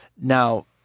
Now